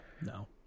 no